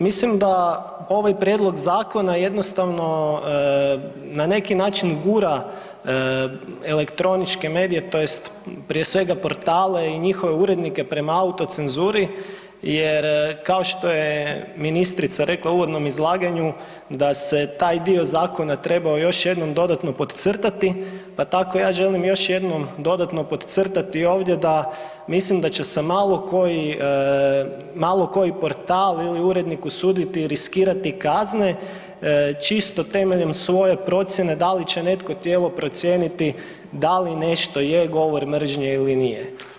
Mislim da ovaj prijedlog zakona jednostavno na neki način gura elektroničke medije, to jest prije svega portale i njihove urednike prema autocenzuri jer kao što je ministrica rekla u uvodnom izlaganju da se taj dio zakona trebao još jednom dodatno podcrtati, pa tako ja želim još jednom dodatno podcrtati ovdje da mislim da će se malo koji portal ili urednik usuditi riskirati kazne čisto temeljem svoje procjene da li će neko tijelo procijeniti da li nešto je govor mržnje ili nije.